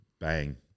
Bang